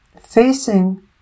facing